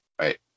Right